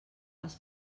els